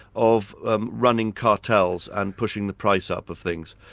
of um running cartels and pushing the price up of things.